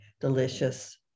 delicious